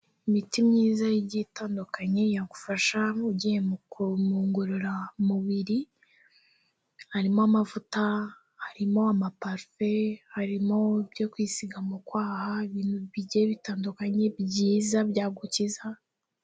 Imiti myiza igiye itandukanye yagufasha ugiye mu kugorora mubiri, harimo amavuta, harimo amaparufe, harimo ibyo kwisiga mu kwaha, ibintu bigiye bitandukanye byiza byagukiza.